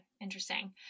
interesting